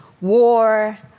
war